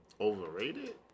Overrated